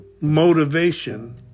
motivation